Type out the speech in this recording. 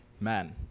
man